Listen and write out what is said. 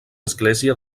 església